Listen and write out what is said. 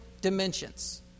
dimensions